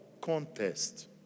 Contest